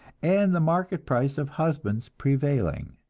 and the market price of husbands prevailing.